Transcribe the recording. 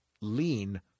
lean